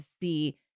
see